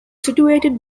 situated